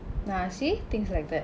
ah see things like that